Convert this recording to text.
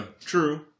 true